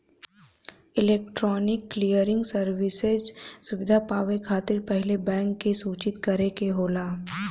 electronic clearing services सुविधा पावे खातिर पहिले बैंक के सूचित करे के होला